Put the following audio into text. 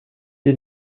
des